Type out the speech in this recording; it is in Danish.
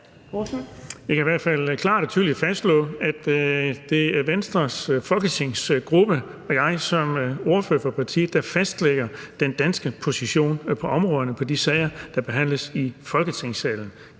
Jeg kan i hvert fald klart og tydeligt fastslå, at det er Venstres folketingsgruppe og mig som ordfører for partiet, der fastlægger den danske position i de sager på området, der behandles i Folketingssalen: